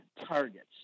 targets